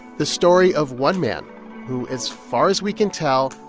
the story of one man who, as far as we can tell,